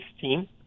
team